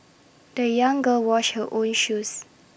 the young girl washed her own shoes